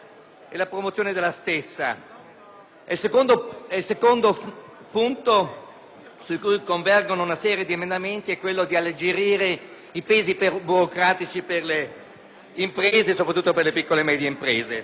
il secondo punto su cui convergono una serie di emendamenti è l'alleggerimento dei pesi burocratici per le imprese, soprattutto per quelle piccole e medie.